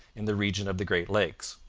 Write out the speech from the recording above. in the region of the great lakes.